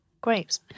grapes